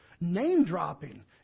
name-dropping